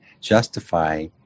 justify